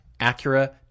Acura